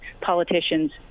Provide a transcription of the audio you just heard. politicians